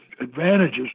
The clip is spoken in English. advantages